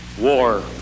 war